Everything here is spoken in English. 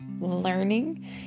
learning